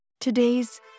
Today's